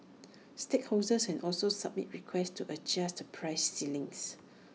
stallholders can also submit requests to adjust the price ceilings